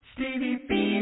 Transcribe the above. Stevie